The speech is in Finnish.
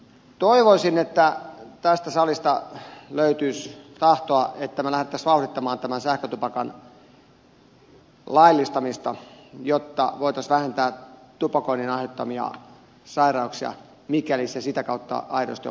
toivoisin että tästä salista löytyisi tahtoa että me lähtisimme vauhdittamaan tämän sähkötupakan laillistamista jotta voisimme vähentää tupakoinnin aiheuttamia sairauksia mikäli se sitä kautta aidosti on mahdollista